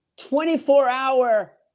24-hour